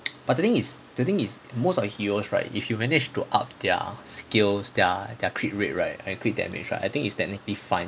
but the thing is the thing is most of heroes right if you manage to up their skills their their crit rate right and crit damage right I think it's technically fine